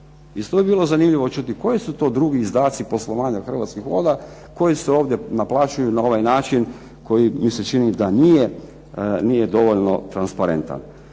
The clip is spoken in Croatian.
Isto bi bilo zanimljivo čuti koji su to drugi izdaci poslovanja Hrvatskih voda, koje se ovdje naplaćuju na ovaj način koji mi se čini da nije dovoljno transparentan.